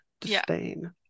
disdain